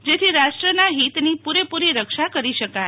જેથી રાષ્ટ્રના હિતની પુરેપુરી રક્ષા કરી શકાય